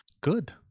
good